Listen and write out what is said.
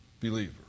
believer